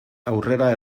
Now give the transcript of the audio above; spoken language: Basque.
aurrera